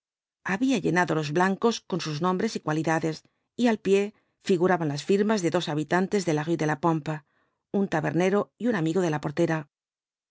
había llenado los blancos con sus nombres y cualidades y al pie figuraban las firmas de dos habitantes de la rtie ele la pompe un tabernero y un amigo de la portera